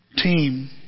Team